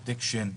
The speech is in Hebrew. פרוטקשן,